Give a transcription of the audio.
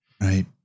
right